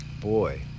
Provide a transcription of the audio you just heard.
boy